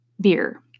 beer